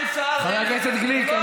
חבר הכנסת גליק, אתה